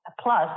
plus